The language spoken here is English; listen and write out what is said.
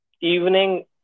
evening